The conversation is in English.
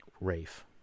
Rafe